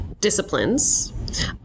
disciplines